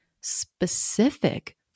specific